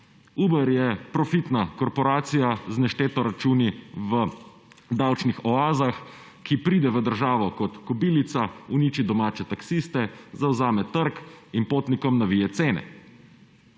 Uber je profitna korporacija, z nešteto računi v davčnih oazah, ki pride v državo kot kobilica, uniči domače taksiste, zavzame trg in potnikom navije cene.